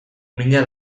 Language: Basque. mina